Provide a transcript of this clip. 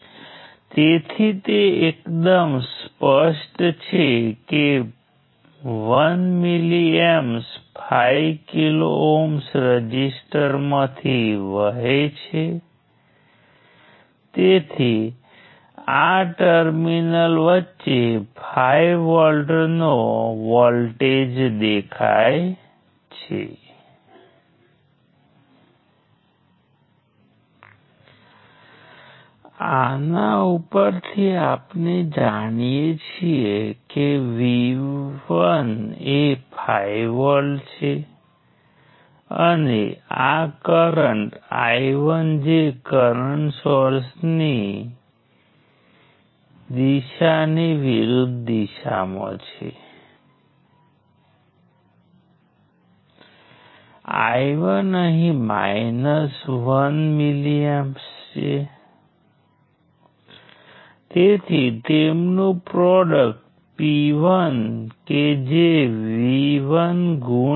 અમારી પાસે n nodes છે તમે એક નોડથી શરૂઆત કરો છો તમે બીજા ઉપર જાઓ છો તમે જે રીતે ઇચ્છો છો તે રીતે તમે નોડ્સને ઓર્ડર કરો છો મેં આ કિસ્સામાં 1 2 3 4 બતાવ્યું છે પરંતુ તમે 1 2 પણ કરી શક્યા હોત 3 4 વગેરે તમે નોડ 1 થી નોડ 2 સુધીની ઘણી બધી કનેક્ટ બ્રાન્ચીઝનો કોઈપણ ક્રમ લો છો નોડ 2 થી નોડ 3 વગેરે વગેરે